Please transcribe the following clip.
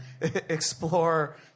explore